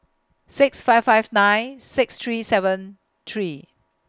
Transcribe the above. six five five nine six three seven three